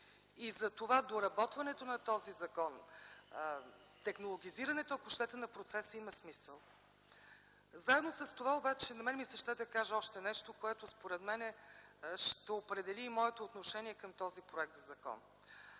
Затова доработването на този закон, технологизирането, ако щете, на процеса, има смисъл. Заедно с това обаче, ми се ще да кажа още нещо, което според мен ще определи моето отношение към този проект за закон.